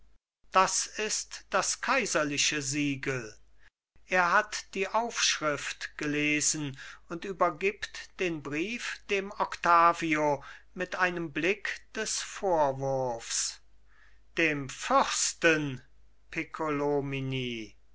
das ist das kaiserliche siegel er hat die aufschrift gelesen und übergibt den brief dem octavio mit einem blick des vorwurfs dem fürsten